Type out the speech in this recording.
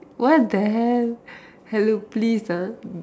what the hell hello please ah